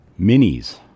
Minis